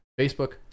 Facebook